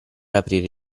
aprire